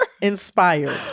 inspired